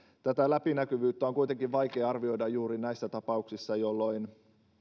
tätä läpinäkyvyyttä on kuitenkin vaikea arvioida juuri näissä tapauksissa jolloin